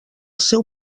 seu